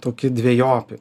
toki dvejopi